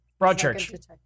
Broadchurch